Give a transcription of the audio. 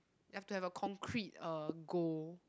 you have to have a concrete uh goal